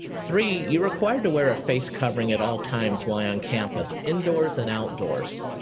three, you're required to wear a face covering at all times while on campus, indoors and outdoors.